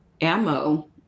ammo